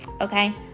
Okay